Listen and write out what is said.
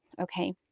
Okay